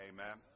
Amen